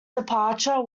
departure